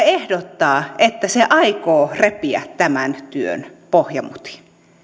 ehdottaa että se aikoo repiä tämän työn pohjamutiin